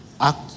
Act